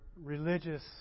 religious